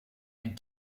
and